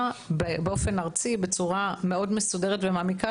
באופן ארצי בצורה מסודרת מאוד ומעמיקה,